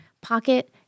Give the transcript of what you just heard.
pocket